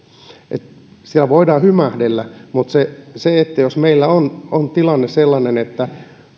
siellä voidaan hymähdellä mutta jos meillä on on tilanne sellainen että